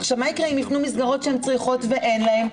מה יקרה אם יפנו מסגרות שהן צריכות ואין להן,